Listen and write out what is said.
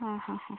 അ അ അ